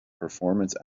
performance